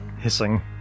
hissing